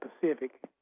Pacific